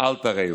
אל תרעו.